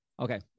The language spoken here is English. Okay